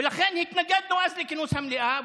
ולכן התנגדנו אז לכינוס המליאה,